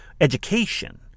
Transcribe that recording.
education